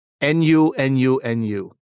N-U-N-U-N-U